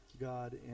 God